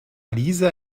lisa